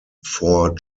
four